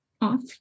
off